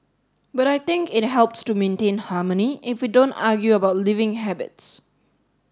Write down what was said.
but I think it helps to maintain harmony if we don't argue about living habits